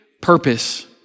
purpose